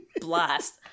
blast